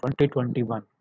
2021